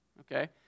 okay